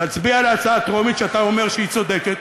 נצביע על הצעה טרומית, שאתה אומר שהיא צודקת,